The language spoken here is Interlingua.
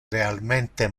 realmente